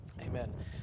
Amen